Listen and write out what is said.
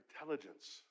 intelligence